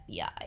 FBI